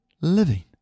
Living